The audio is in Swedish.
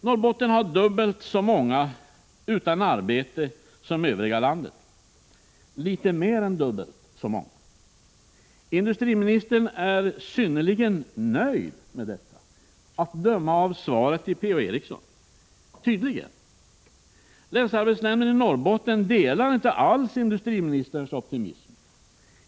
Norrbotten har litet mer än dubbelt så många människor utan arbete som Övriga landet. Industriministern är tydligen synnerligen nöjd med detta, att döma av svaret till Per-Ola Eriksson. Länsarbetsnämnden i Norrbotten delar inte alls industriministerns optimism.